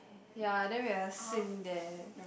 ya then we have a sink there